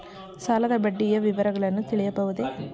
ಸಾಲದ ಬಡ್ಡಿಯ ವಿವರಗಳನ್ನು ತಿಳಿಯಬಹುದೇ?